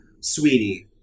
sweetie